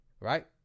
Right